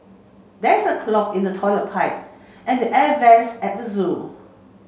there's a clog in the toilet pipe and the air vents at the zoo